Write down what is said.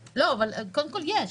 קודם כול יש,